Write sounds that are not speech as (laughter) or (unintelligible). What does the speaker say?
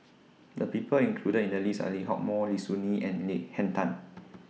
The People included in The list Are Lee Hock Moh Lim Soo Ngee and (unintelligible) Henn Tan